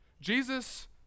Jesus